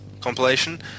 compilation